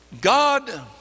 God